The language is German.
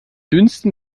dünsten